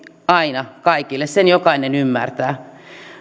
aina kaikille sen jokainen ymmärtää